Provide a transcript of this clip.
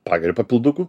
pageri papildukų